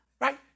Right